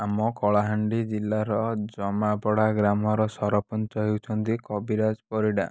ଆମ କଳାହାଣ୍ଡି ଜିଲ୍ଲାର ଜମାପଡ଼ା ଗ୍ରାମର ସରପଞ୍ଚ ହେଉଛନ୍ତି କବିରାଜ ପରିଡ଼ା